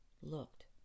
looked